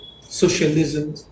socialism